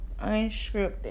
Unscripted